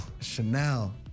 Chanel